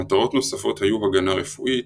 מטרות נוספות היו הגנה רפואית,